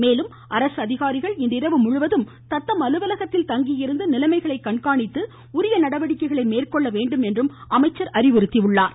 மேலும் அரசு அதிகாரிகள் இன்றிரவு முழுவதும் தத்தம் அலுவலகத்தில் தங்கியிருந்து நிலைமைகளை கண்காணித்து உரிய நடவடிக்கைகளை மேற்கொள்ள வேண்டும் என்று அவர் கேட்டுக்கொண்டார்